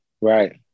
right